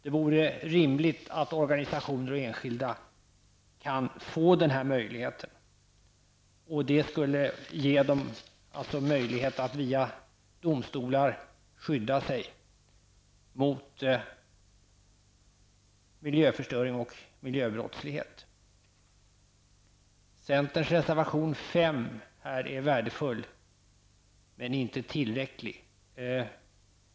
Det vore rimligt att organisationer och enskilda kunde få den här möjligheten att via domstolar skydda sig mot miljöförstöring och miljöbrottslighet. Centerns reservation 5 är värdefull men inte tillräcklig.